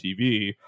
TV